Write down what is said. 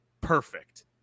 Perfect